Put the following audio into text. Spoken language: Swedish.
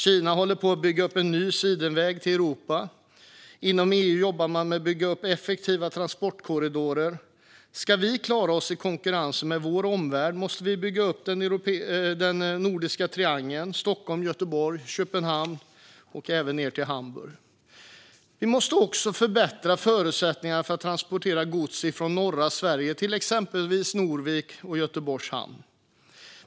Kina håller på att bygga upp en ny sidenväg till Europa, och inom EU jobbar man med att bygga upp effektivare transportkorridorer. Ska vi klara oss i konkurrensen med vår omvärld måste vi bygga ut den nordiska triangeln Stockholm-Göteborg-Köpenhamn och även ned till Hamburg. Vi måste också förbättra förutsättningarna för att transportera gods från norra Sverige till exempelvis Norvik och Göteborgs hamn.